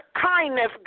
kindness